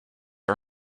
our